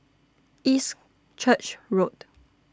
East Church Road